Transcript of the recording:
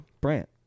Brant